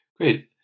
Great